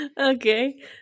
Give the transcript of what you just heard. Okay